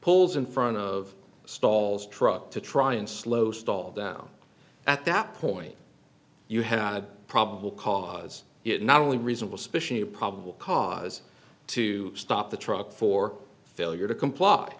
pulls in front of stalls truck to try and slow stalled down at that point you had probable cause it not only reasonable suspicion of probable cause to stop the truck for failure to comply